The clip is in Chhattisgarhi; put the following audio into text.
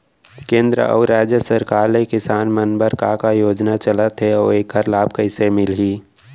केंद्र अऊ राज्य सरकार ले किसान मन बर का का योजना चलत हे अऊ एखर लाभ कइसे मिलही?